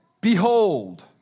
Behold